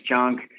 junk